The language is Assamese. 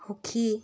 সুখী